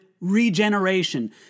regeneration